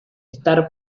estar